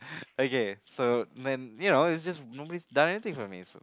okay so then you know it's just nobody's done anything for me